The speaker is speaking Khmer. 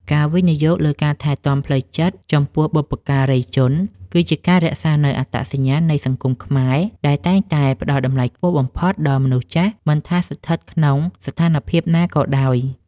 ការវិនិយោគលើការថែទាំផ្លូវចិត្តចំពោះបុព្វការីជន គឺជាការរក្សានូវអត្តសញ្ញាណនៃសង្គមខ្មែរ ដែលតែងតែផ្ដល់តម្លៃខ្ពស់បំផុតដល់មនុស្សចាស់ មិនថាស្ថិតក្នុងស្ថានភាពណាក៏ដោយ។